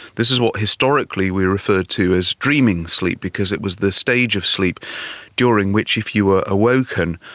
this is what historically we refer to as dreaming sleep because it was the stage of sleep during which if you were awoken,